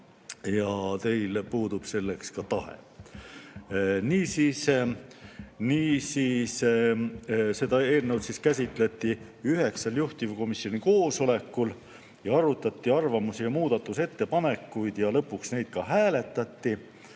Ja teil puudub selleks ka tahe. Niisiis, seda eelnõu käsitleti üheksal juhtivkomisjoni koosolekul, arutati arvamusi ja muudatusettepanekuid ja lõpuks neid ka hääletati.